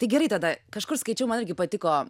tai gerai tada kažkur skaičiau man irgi patiko